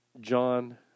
John